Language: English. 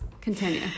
continue